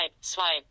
swipe